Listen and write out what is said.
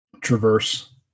traverse